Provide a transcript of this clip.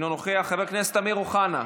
אינו נוכח, חבר הכנסת אמיר אוחנה,